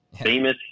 famous